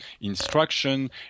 instruction